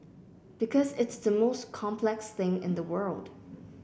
because it's the most complex thing in the world